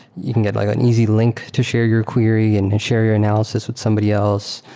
you can get like an easy link to share your query and share your analysis with somebody else.